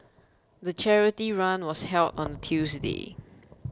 the charity run was held on Tuesday